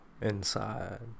inside